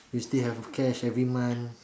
we still have cash every month